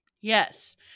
Yes